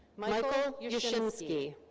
michael yashimski.